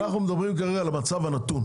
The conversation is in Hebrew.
אנחנו מדברים כרגע על המצב הנתון.